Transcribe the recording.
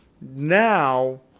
now